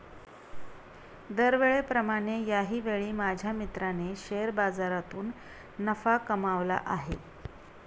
दरवेळेप्रमाणे याही वेळी माझ्या मित्राने शेअर बाजारातून नफा कमावला आहे